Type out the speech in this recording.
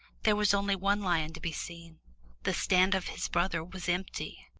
there was only one lion to be seen the stand of his brother was empty!